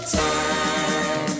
time